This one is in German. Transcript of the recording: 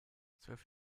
zwölf